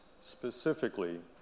specifically